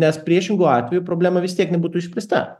nes priešingu atveju problema vis tiek nebūtų išspręsta